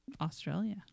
Australia